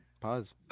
Pause